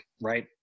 right